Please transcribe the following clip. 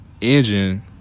engine